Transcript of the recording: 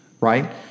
right